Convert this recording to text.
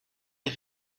est